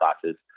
classes